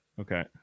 Okay